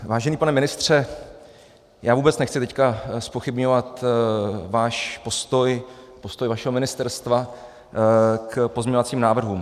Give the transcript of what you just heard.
Vážený pane ministře, já vůbec nechci teď zpochybňovat váš postoj, postoj vašeho ministerstva, k pozměňovacím návrhům.